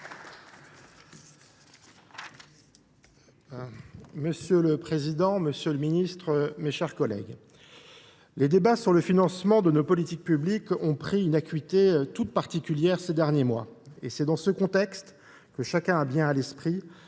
Monsieur le président, monsieur le ministre, mes chers collègues, les débats sur le financement de nos politiques publiques ont pris une acuité toute particulière ces derniers mois. C’est dans ce contexte, que chacun a bien à l’esprit,